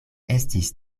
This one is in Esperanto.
estis